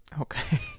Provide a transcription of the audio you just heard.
okay